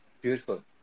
Beautiful